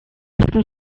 looking